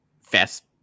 fast